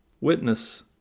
witness